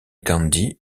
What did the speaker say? candy